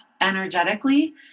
energetically